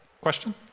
Question